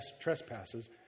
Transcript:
trespasses